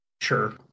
Sure